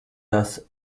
das